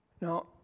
Now